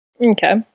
Okay